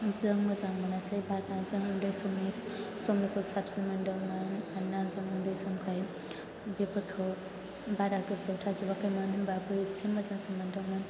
जों मोजां मोनासै बारा जों उन्दै समनि समनिखौ साबसिन मोनदोंमोन मानोना जों उन्दै समखाय बेफोरखौ बारा गोसोआव थाजोबाखैमोन होनबाबो एसे मोजांसिन मोनदोंमोन